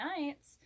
nights